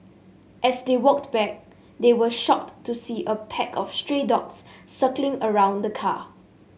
as they walked back they were shocked to see a pack of stray dogs circling around the car